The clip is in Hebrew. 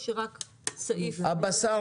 הבשר,